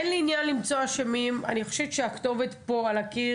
אני חושבת שהכתובת נמצאת על הקיר,